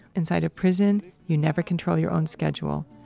inside of prison, you never control your own schedule.